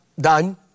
done